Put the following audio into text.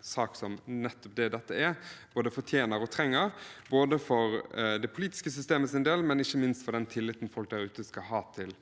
sak som dette er, både fortjener og trenger, for det politiske systemets del, men ikke minst for den tilliten folk der ute skal ha til